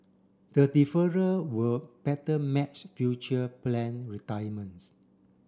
the deferral will better match future planned retirements